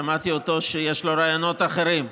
ושמעתי שיש לו רעיונות אחרים.